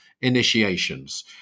initiations